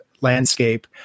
landscape